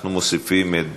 אנחנו מוסיפים את